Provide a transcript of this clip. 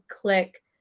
click